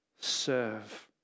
Serve